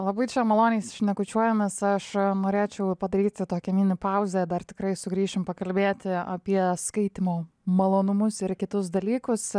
labai čia maloniai šnekučiuojamės aš norėčiau padaryti tokią mini pauzę dar tikrai sugrįšim pakalbėti apie skaitymo malonumus ir kitus dalykus